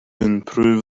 improve